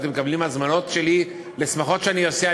ואתם מקבלים הזמנות שלי לשמחות שאני עושה.